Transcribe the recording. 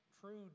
true